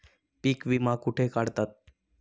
पीक विमा कुठे काढतात?